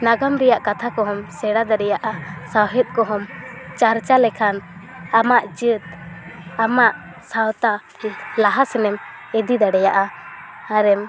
ᱱᱟᱜᱟᱢ ᱨᱮᱭᱟᱜ ᱠᱟᱛᱷᱟ ᱠᱚᱦᱚᱸᱢ ᱥᱮᱲᱟ ᱫᱟᱲᱮᱭᱟᱜᱼᱟ ᱥᱟᱶᱦᱮᱫ ᱠᱚᱦᱚᱢ ᱪᱟᱨᱪᱟ ᱞᱮᱠᱷᱟᱱ ᱟᱢᱟᱜ ᱡᱟᱹᱛ ᱟᱢᱟᱜ ᱥᱟᱶᱛᱟ ᱞᱟᱦᱟ ᱥᱮᱫ ᱮᱢ ᱤᱫᱤ ᱫᱟᱲᱮᱭᱟᱜᱼᱟ ᱟᱨᱮᱢ